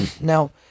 Now